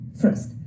first